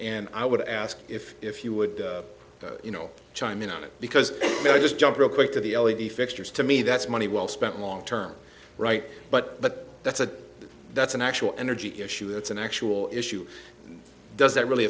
and i would ask if if you would you know chime in on it because i just jump real quick to the l e d fixtures to me that's money well spent long term right but but that's a that's an actual energy issue that's an actual issue and does that really